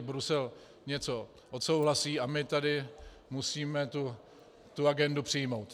Brusel něco odsouhlasí a my tady musíme tu agendu přijmout.